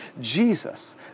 Jesus